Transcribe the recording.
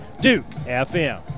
Duke-FM